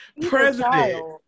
president